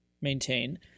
maintain